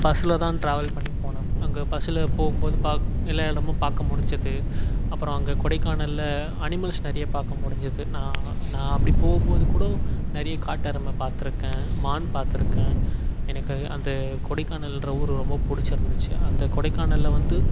பஸ்ஸில் தான் ட்ராவல் பண்ணிப்போனேன் அங்கே பஸ்ஸுல் போகும் போது பாக் எல்லா இடமும் பார்க்க முடிஞ்சிது அப்புறம் அங்கே கொடைக்கானலில் அனிமல்ஸ் நிறைய பார்க்க முடிஞ்சிது நான் நான் அப்படி போகும் போது கூட நிறைய காட்டெருமை பார்த்துருக்கேன் மான் பார்த்துருக்கேன் எனக்கு அந்த கொடைக்கானல்ன்ற ஊர் ரொம்ப பிடிச்சிருந்துச்சி அந்த கொடைக்கானலில் வந்து